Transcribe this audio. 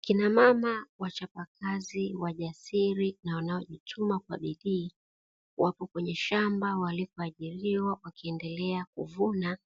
Kina mama wachapakazi, wajasiri na wanaojituma kwa bidii wapo kwenye shamba walipoajiriwa wakiendelea kuvuna